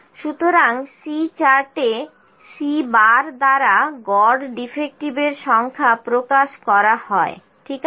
সুতরাং C চার্টে C দ্বারা গড় ডিফেক্টের সংখ্যাকে প্রকাশ করা হয় ঠিক আছে